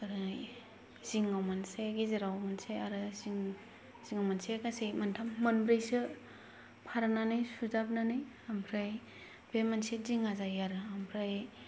ओरै जिङाव मोनसे गेजेराव मोनसे आरो जिं जिङाव मोनसे गासै मोनथाम मोनब्रैसो फारनानै सुजाबनानै ओमफ्राय बे मोनसे दिङा जायो आरो ओमफ्राय